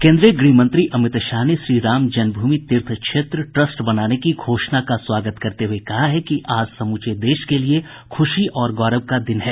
केन्द्रीय गृहमंत्री अमित शाह ने श्री राम जन्म भूमि तीर्थ क्षेत्र ट्रस्ट बनाने की घोषणा का स्वागत करते हुए कहा है कि आज समूचे देश के लिए खूशी और गौरव का दिन है